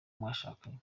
mwashakanye